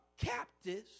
captives